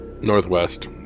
Northwest